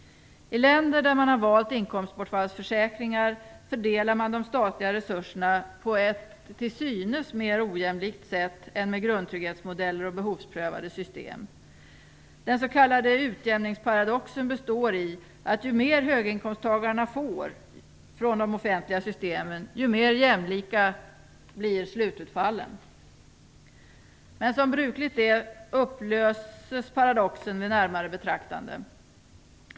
I länder där man har valt inkomstbortfallsförsäkringar fördelar man de statliga resurserna på ett till synes mer ojämlikt sätt än i länder med grundtrygghetsmodeller och behovsprövade system. Den s.k. utjämningsparadoxen består i att ju mer höginkomsttagarna får från de offentliga systemen, desto mer jämlika blir slututfallen. Som brukligt är upplöses paradoxen vid närmare betraktande.